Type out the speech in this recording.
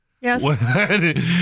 Yes